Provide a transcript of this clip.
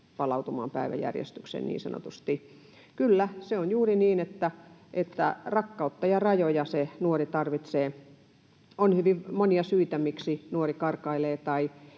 palautumaan päiväjärjestykseen, niin sanotusti. Kyllä, se on juuri niin, että rakkautta ja rajoja nuori tarvitsee. On hyvin monia syitä, miksi nuori karkailee, ja